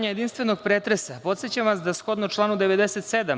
jedinstvenog pretresa, podsećam vas da shodno članu 97.